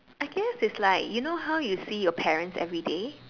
I guess it's like you know how you see your parents everyday